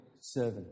servant